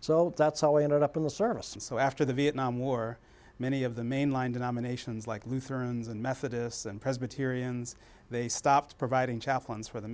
so that's how we ended up in the service and so after the vietnam war many of the mainline denominations like lutherans and methodists and presbyterians they stopped providing chaplains for the